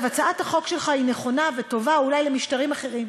הצעת החוק שלך היא נכונה וטובה אולי למשטרים אחרים,